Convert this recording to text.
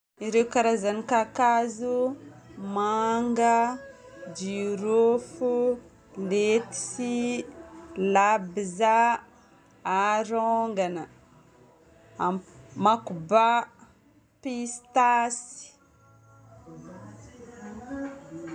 Ireo karazagn'ny kakazo: manga, jirofo, letchi, lapzà, arongana, makoba, pistasy.